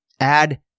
add